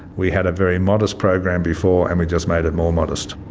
we had a very modest program before and we just made it more modest.